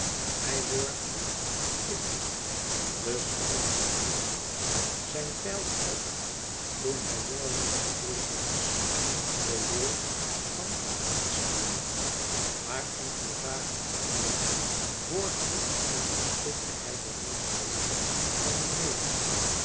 hij worgde kind de slangen van hera zijn pijl trof toen hij jongling gegroeid was den leeuw van thespiæ maar enkele dagen geleden worgde en verstikte hij den monsterleeuw van nemea